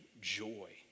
joy